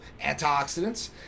antioxidants